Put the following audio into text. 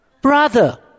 Brother